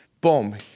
Boom